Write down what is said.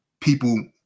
people